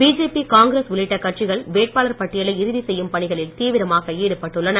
BJP Congress உள்ளிட்ட கட்சிகள் வேட்பாளர் பட்டியலை இறுதி செய்யும் பணிகளில் தீவிரமாக ஈடுபட்டுள்ளன